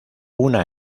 una